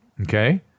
Okay